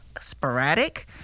sporadic